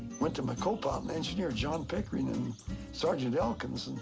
went to my co-pilot, engineer john pickering and sergeant elkins,